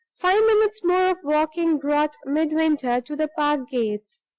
five minutes more of walking brought midwinter to the park gates.